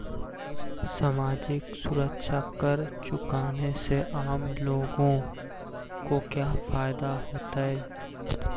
सामाजिक सुरक्षा कर चुकाने से आम लोगों को क्या फायदा होतइ